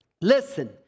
Listen